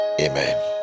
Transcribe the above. amen